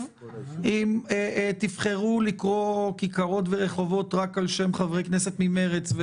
אם תבחרו לקרוא כיכרות ורחובות רק על שם חברי כנסת ממרצ...